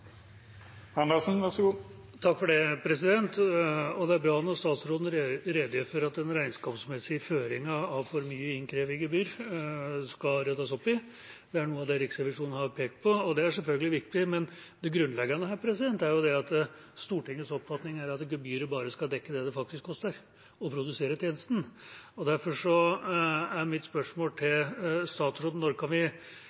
at den regnskapsmessige føringen av for mye innkrevd gebyr skal ryddes opp i. Det er noe av det Riksrevisjonen har pekt på, og det er selvfølgelig viktig, men det grunnleggende her er at Stortingets oppfatning er at gebyret bare skal dekke det det faktisk koster å produsere tjenesten. Derfor er mitt spørsmål til